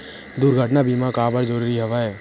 दुर्घटना बीमा काबर जरूरी हवय?